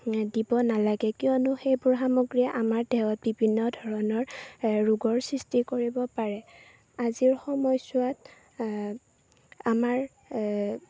দিব নালাগে কিয়নো সেইবোৰ সামগ্ৰীয়ে আমাৰ দেহত বিভিন্ন ধৰণৰ ৰোগৰ সৃষ্টি কৰিব পাৰে আজিৰ সময়চোৱাত আমাৰ